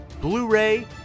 Blu-ray